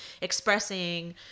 expressing